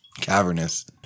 Cavernous